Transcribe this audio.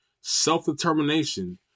self-determination